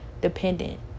dependent